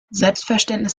selbstverständnis